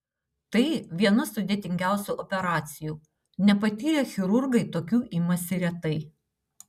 tai viena sudėtingiausių operacijų nepatyrę chirurgai tokių imasi retai